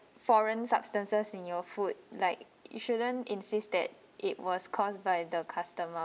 foreign substances in your food like you shouldn't insist that it was caused by the customer